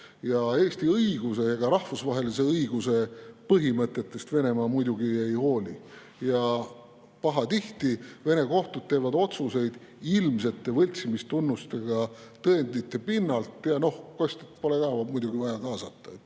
Eesti õiguse ning rahvusvahelise õiguse põhimõtetest Venemaa muidugi ei hooli. Pahatihti teevad Vene kohtud otsuseid ilmsete võltsimistunnustega tõendite pinnalt ja kostjat pole muidugi vaja kaasata.